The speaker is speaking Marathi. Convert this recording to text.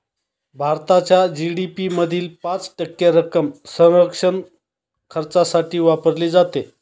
भारताच्या जी.डी.पी मधील पाच टक्के रक्कम संरक्षण खर्चासाठी वापरली जाते